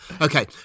Okay